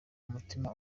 umutima